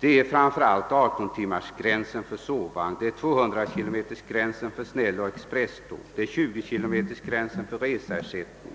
Det gäller framför allt 18-timmarsgränsen för sovvagn, 200-km-gränsen för användande av snälloch expresståg, 20-km-gränsen för reseersättning